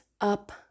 up